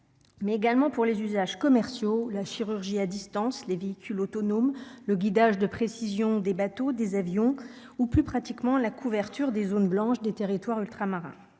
mais également pour les usages commerciaux, la chirurgie à distance les véhicules autonomes, le guidage de précision des bateaux, des avions ou, plus pratiquement la couverture des zones blanches des territoires ultramarins